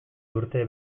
urte